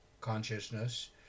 consciousness